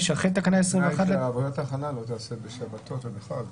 רק שעבודת ההכנה לא תיעשה בשבתות ובחג.